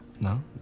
No